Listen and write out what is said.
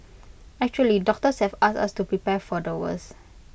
actually doctors have asked us to prepare for the worst